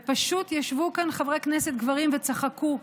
ופשוט ישבו כאן חברי כנסת גברים וצחקו.